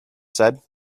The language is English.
said